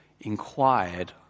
inquired